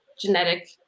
genetic